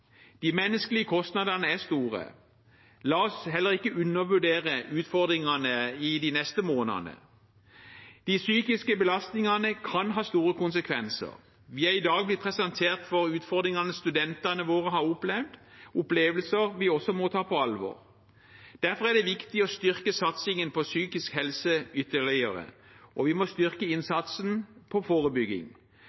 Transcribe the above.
De menneskelige kostnadene er store. La oss heller ikke undervurdere utfordringene i de neste månedene. De psykiske belastningene kan ha store konsekvenser. Vi er i dag blitt presentert for utfordringene studentene våre har opplevd, opplevelser vi også må ta på alvor. Derfor er det viktig å styrke satsingen på psykisk helse ytterligere, og vi må styrke